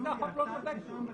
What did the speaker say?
זה החוק הזה לא שווה כלום.